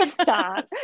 Stop